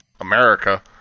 America